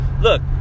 Look